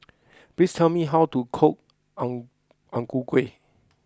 please tell me how to cook Ang Ang Ku Kueh